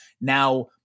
Now